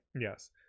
Yes